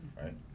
right